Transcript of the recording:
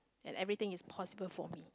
and everything is possible for me